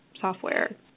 software